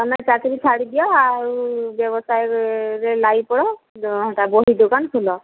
ତମେ ଚାକିରୀ ଛାଡିଦିଅ ଆଉ ବ୍ୟବସାୟରେ ଲାଗିପଡ଼ ଆଉ ବହି ଦୋକାନ ଖୋଲ